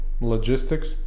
logistics